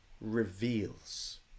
reveals